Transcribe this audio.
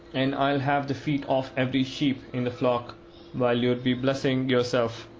and i'll have the feet off every sheep in the flock while you'd be blessing yourself.